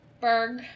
Berg